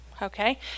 Okay